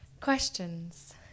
Questions